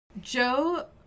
Joe